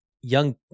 young